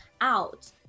out